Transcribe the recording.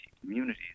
communities